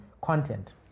content